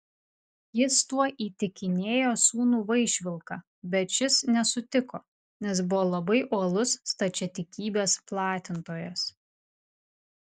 jis tuo įtikinėjo sūnų vaišvilką bet šis nesutiko nes buvo labai uolus stačiatikybės platintojas